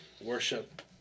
Worship